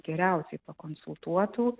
geriausiai pakonsultuotų